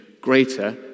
greater